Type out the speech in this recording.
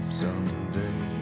someday